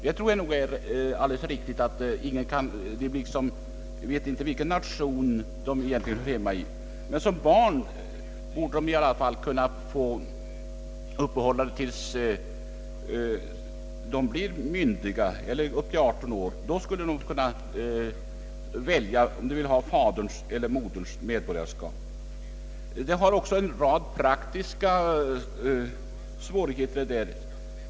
Jag tror nog att det är riktigt, att de då inte skulle veta vilken nation de hör hemma i, men som barn borde de kunna få uppehålla det tills de blir 18 år, då de skulle få välja om de vill ha faderns eller moderns medborgarskap. Det finns också en rad praktiska svårigheter.